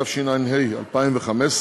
התשע"ה 2015,